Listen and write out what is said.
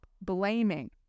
blaming